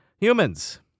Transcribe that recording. humans